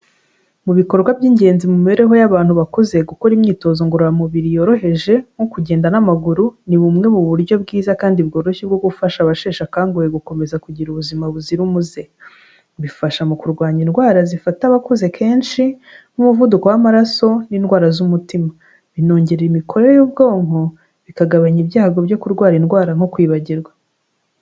Mu bikorwa by'ingenzi mu mibereho y'abantu bakuze gukora imyitozo ngororamubiri yoroheje nko kugenda n'amaguru ni bumwe mu buryo bwiza kandi bworoshye bwo gufasha abasheshe akanguhe gukomeza kugira ubuzima buzira umuze. Bifasha mu kurwanya indwara zifata abakuzi kenshi nk'umuvuduko w'amaraso n'indwara z'umutima. Binongerera imikorere y'ubwonko, bikagabanya ibyago byo kurwara indwara nko kwibagirwa.